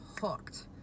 hooked